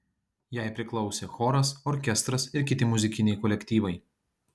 jai priklausė choras orkestras ir kiti muzikiniai kolektyvai